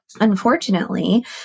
Unfortunately